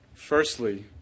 Firstly